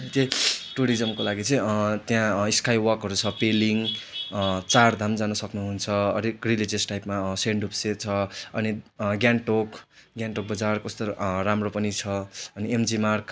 त्यही टुरिज्मको लागि चाहिँ त्यहाँ स्काइवकहरू छ पेलिङ चारधाम जान सक्नु हुन्छ अलिक रिलिजियस टाइपमा सानड्रुपछे छ अनि गान्तोक गान्तोक बजार कस्तो राम्रो पनि छ अनि एमजी मार्ग